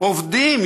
עובדים,